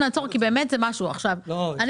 אני